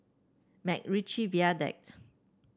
MacRitchie Viaduct